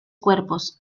cuerpos